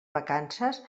vacances